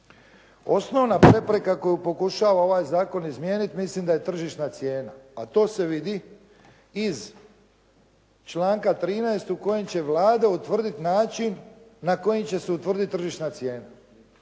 osnovna prepreka koju pokušava ovaj zakon izmijeniti mislim da je tržišna cijena, a to se vidi iz članka 13. u kojem će Vlada utvrditi način na kojim će se utvrditi tržišna cijena.